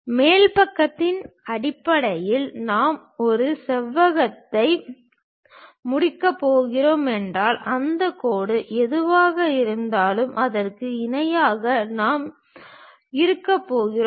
மேல் பக்கத்தில் அடிப்படையில் நான் ஒரு செவ்வகத்தை முடிக்கப் போகிறேன் என்றால் அந்த கோடு எதுவாக இருந்தாலும் அதற்கு இணையாக நாம் இருக்கப்போகிறோம்